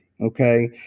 Okay